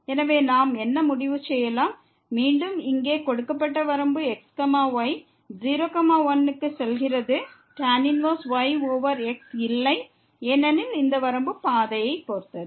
எனவே நாம் என்ன முடிவு செய்யலாம் மீண்டும் இங்கே கொடுக்கப்பட்ட வரம்பு x y 0 1 க்கு செல்கிறது tan 1 y ஓவர் x இல்லை ஏனெனில் இந்த வரம்பு பாதையைப் பொறுத்தது